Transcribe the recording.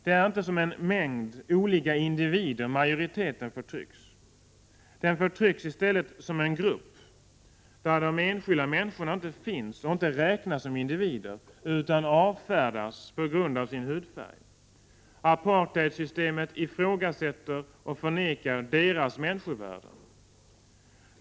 Det är inte som en mängd olika individer majoriteten förtrycks. Det är en grupp som förtrycks, där de enskilda människorna inte finns och inte räknas som individer, och avfärdas på grund av sin hudfärg. Apartheidsystemet ifrågasätter och förnekar individernas människovärde.